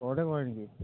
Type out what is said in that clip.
ঘৰতে কৰে নেকি